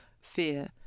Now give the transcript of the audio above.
fear